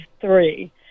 three